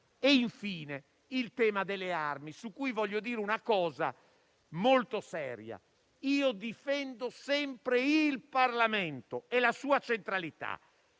è, infine, il tema delle armi su cui voglio dire una cosa molto seria. Io difendo sempre il Parlamento e la sua centralità;